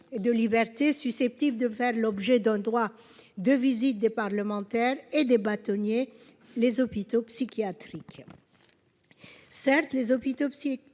de liberté susceptibles de faire l'objet d'un droit de visite des parlementaires et des bâtonniers les hôpitaux psychiatriques.